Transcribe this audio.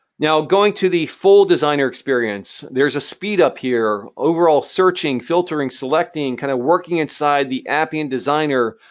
now, going to the full designer experience, there's a speed up here, overall searching, filtering, selecting, kind of working inside the appian designer,